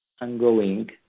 ongoing